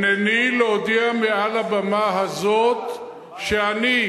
הנני להודיע מעל במה הזאת שאני,